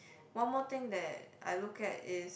one more thing that I look at is